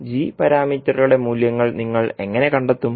ഇപ്പോൾ g പാരാമീറ്ററുകളുടെ മൂല്യങ്ങൾ നിങ്ങൾ എങ്ങനെ കണ്ടെത്തും